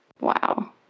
Wow